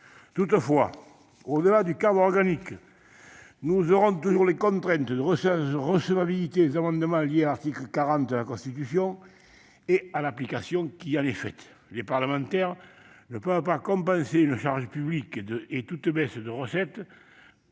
Toutefois, au-delà du cadre organique, nous aurons toujours les contraintes de recevabilité des amendements liées à l'article 40 de la Constitution et à l'application qui en est faite : les parlementaires ne peuvent pas compenser une charge publique et toute baisse de recette